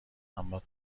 اما